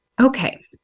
Okay